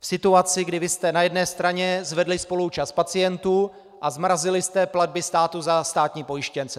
V situaci, kdy vy jste na jedné straně zvedli spoluúčast pacientů a zmrazili jste platby státu za státní pojištěnce.